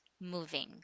moving